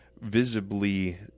visibly